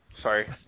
Sorry